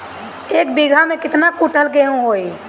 एक बीगहा में केतना कुंटल गेहूं होई?